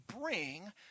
bring